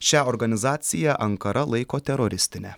šią organizaciją ankara laiko teroristine